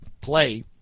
play